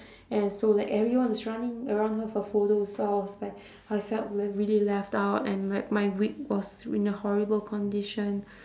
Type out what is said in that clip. and so like everyone is running around her for photos so I was like I felt like really left out and like my rib was in a horrible condition